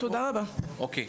אז תודה רבה לכם.